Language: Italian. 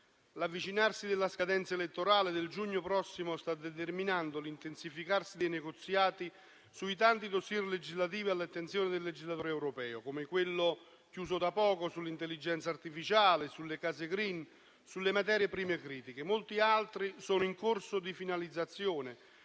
L'avvicinarsi della scadenza elettorale del giugno prossimo sta determinando l'intensificarsi dei negoziati sui tanti dossier legislativi all'attenzione del legislatore europeo, come quello chiuso da poco sull'intelligenza artificiale, sulle case *green* e sulle materie prime critiche. Molti altri sono in corso di finalizzazione